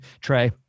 Trey